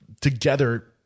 together